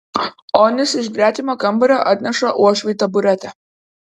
onis iš gretimo kambario atneša uošvei taburetę